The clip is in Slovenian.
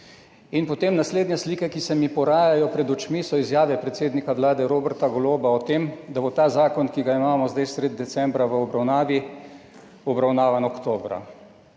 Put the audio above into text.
Potem so naslednje slike, ki se mi porajajo pred očmi, izjave predsednika Vlade Roberta Golobao tem, da bo ta zakon, ki ga imamo zdaj sredi decembra v obravnavi, obravnavan oktobra.